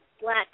black